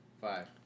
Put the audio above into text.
Five